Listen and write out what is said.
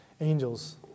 angels